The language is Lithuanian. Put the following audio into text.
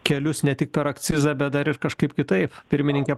kelius ne tik per akcizą bet dar ir kažkaip kitaip pirmininke